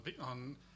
on